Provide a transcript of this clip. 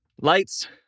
Lights